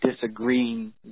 disagreeing